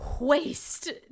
waste